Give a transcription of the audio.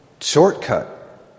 shortcut